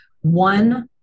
One